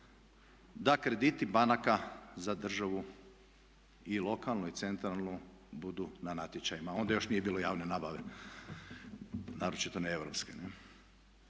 da krediti banaka za državu i lokalnu i centralnu budu na natječajima. Onda još nije bilo javne nabave, naročito ne europske.